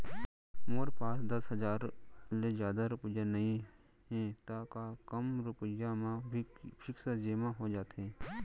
मोर पास दस हजार ले जादा रुपिया नइहे त का कम रुपिया म भी फिक्स जेमा हो जाथे?